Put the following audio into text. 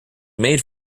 made